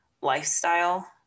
lifestyle